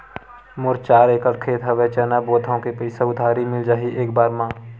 मोर चार एकड़ खेत हवे चना बोथव के पईसा उधारी मिल जाही एक बार मा?